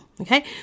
Okay